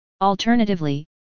Alternatively